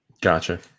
Gotcha